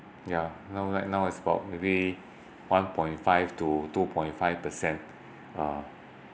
ya now right now is about maybe one point five to two point five per cent uh